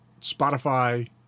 Spotify